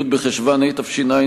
י' בחשוון התש"ע,